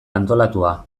antolatua